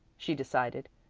she decided,